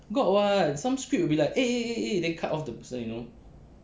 got [what] some script we like eh eh eh eh then cut off the person you know